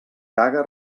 caga